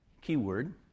keyword